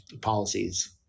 policies